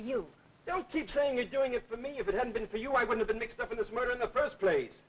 you don't keep saying you're doing it for me if it hadn't been for you i would have been mixed up in this murder in the first place